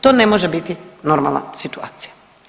To ne može biti normalna situacija.